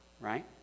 right